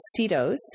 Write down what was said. CEDOS